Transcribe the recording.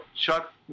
Chuck